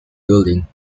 billing